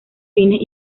fines